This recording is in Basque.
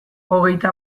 hogeita